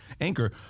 anchor